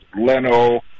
Leno